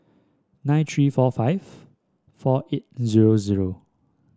nine three four five four eight zero zero